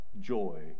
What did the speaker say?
joy